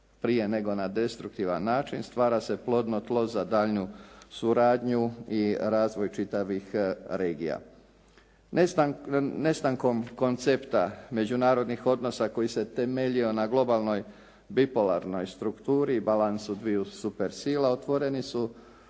prije nego na destruktivan način stvara se plodno tlo za daljnju suradnju i razvoj čitavih regija. Nestankom koncepta međunarodnih odnosa koji se temeljio na globalnoj bipolarnoj strukturi i balansu dviju super sila otvoreni su